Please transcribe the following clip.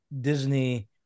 Disney